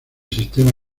sistema